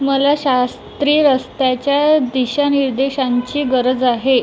मला शास्त्री रस्त्याच्या दिशानिर्देशांची गरज आहे